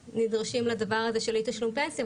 נדרשים לעניין הזה של אי תשלום פנסיה,